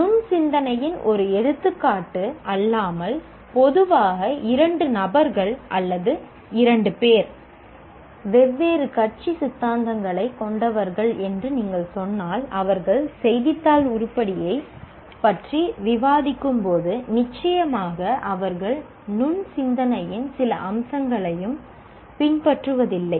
நுண் சிந்தனையின் ஒரு எடுத்துக்காட்டு அல்லாமல் பொதுவாக இரண்டு நபர்கள் அல்லது இரண்டு பேர் வெவ்வேறு கட்சி சித்தாந்தங்களைக் கொண்டவர்கள் என்று நீங்கள் சொன்னால் அவர்கள் செய்தித்தாள் உருப்படியைப் பற்றி விவாதிக்கும்போது நிச்சயமாக அவர்கள் நுண் சிந்தனையின் எந்த அம்சங்களையும் பின்பற்றுவதில்லை